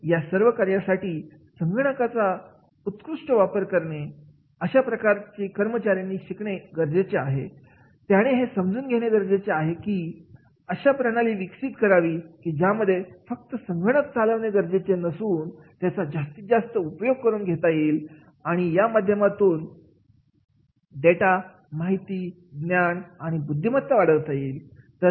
या सर्व कार्यासाठी संगणकाचा उत्कृष्ट वापर करणे अशा कर्मचाऱ्यांनी शिकणे गरजेचे आहे आहे आणि त्याने हे समजून घेणे गरजेचे आहे आहे त्याने अशी प्रणाली विकसित करावी की ज्या मध्ये फक्त संगणक चालवणे गरजेचे नसून त्याचा जास्तीत जास्त उपयोग कसा करून घेता येईल आणि या माध्यमातून डेटामाहिती ज्ञान व बुद्धिमत्ता वाढवता येईल